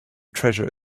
treasure